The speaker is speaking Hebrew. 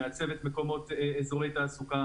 שמעצבת אזורי תעסוקה.